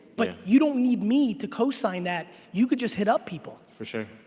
but you don't need me to co-sign that, you could just hit up people. for sure,